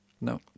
no